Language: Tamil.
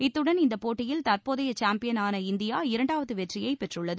இத்துடன் இந்தப்போட்டியில் தற்போதைய சாம்பியன் இந்தியா இரண்டாவது வெற்றியை பெற்றுள்ளது